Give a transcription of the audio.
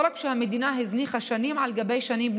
לא רק שהמדינה הזניחה בנייה שנים על גבי שנים,